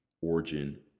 origin